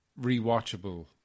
rewatchable